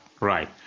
right